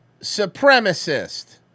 supremacist